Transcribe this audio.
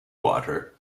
water